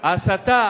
ההסתה